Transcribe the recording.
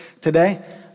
today